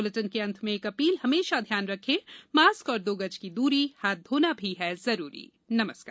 इस बुलेटिन के अंत मे एक अपील हमेशा ध्यान रखे मास्क और दो गज की दूरी हाथ धोना भी है जरूरी नमस्कार